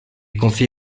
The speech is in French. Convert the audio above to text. confie